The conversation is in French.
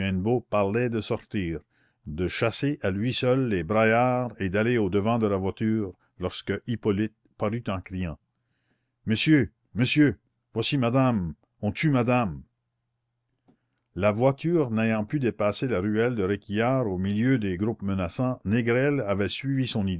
parlait de sortir de chasser à lui seul les braillards et d'aller au-devant de la voiture lorsque hippolyte parut en criant monsieur monsieur voici madame on tue madame la voiture n'ayant pu dépasser la ruelle de réquillart au milieu des groupes menaçants négrel avait suivi son